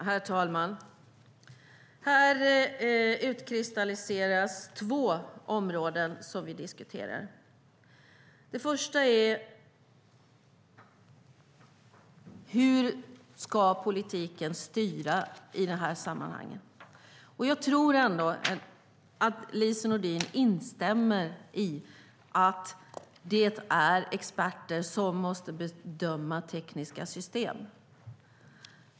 Herr talman! Här utkristalliseras två områden som vi diskuterar. Det första är hur politiken ska styra i det här sammanhanget. Jag tror ändå att Lise Nordin instämmer i att det måste vara experter som ska bedöma tekniska system.